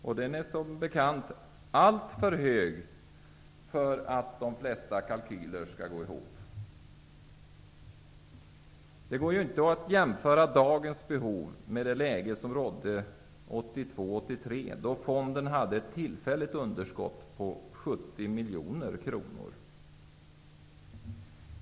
Räntan är som bekant alltför hög för att de flesta kalkyler skall gå ihop. Det går inte att jämföra dagens läge med det läge som rådde 1982 och 1983, då fonden hade ett tillfälligt underskott på 70 miljoner kronor.